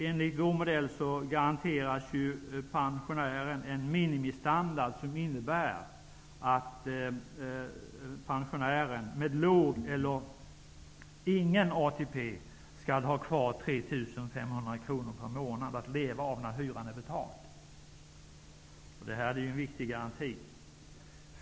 Enligt vår modell garanteras pensionären en minimistandard, som innebär att en pensionär med låg eller ingen ATP skall ha kvar 3 500 kr per månad att leva på när hyran är betald. Det är en viktig garanti.